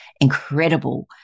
incredible